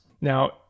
Now